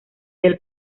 del